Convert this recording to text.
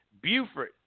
Buford